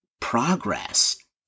progress